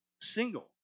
single